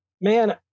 Man